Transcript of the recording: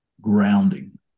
grounding